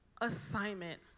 assignment